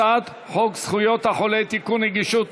הצעת חוק זכויות החולה (תיקון, נגישות